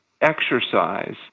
exercise